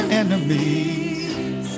enemies